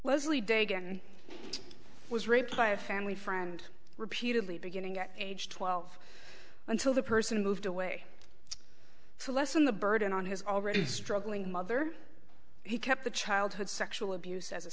dagon was raped by a family friend repeatedly beginning at age twelve until the person moved away so lessen the burden on his already struggling mother he kept the childhood sexual abuse as a